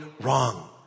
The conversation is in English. wrong